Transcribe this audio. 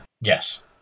Yes